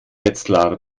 wetzlar